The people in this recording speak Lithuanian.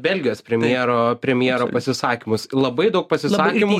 belgijos premjero premjero pasisakymus labai daug pasisakymų